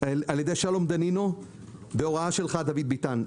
על ידי שלום דנינו בהוראה שלך, דוד ביטן.